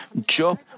Job